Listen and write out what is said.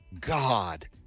God